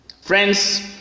Friends